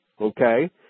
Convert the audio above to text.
okay